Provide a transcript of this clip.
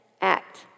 act